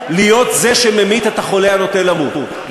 תודה רבה.